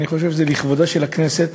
אני חושב שזה לכבודה של הכנסת